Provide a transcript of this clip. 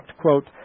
quote